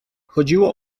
chodziło